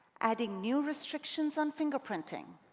adding new restrictions on fingerprinting